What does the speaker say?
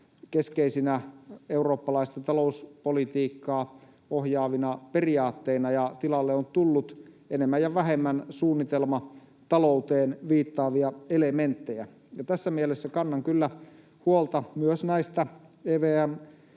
keskeisinä eurooppalaista talouspolitiikkaa ohjaavina periaatteina, ja tilalle on tullut enemmän tai vähemmän suunnitelmatalouteen viittaavia elementtejä. Tässä mielessä kannan kyllä huolta myös näistä EVM-muutoksista,